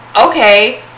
okay